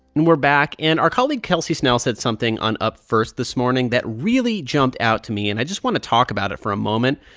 and we're back. and our colleague kelsey snell said something on up first this morning that really jumped out to me. and i just want to talk about it for a moment.